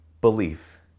belief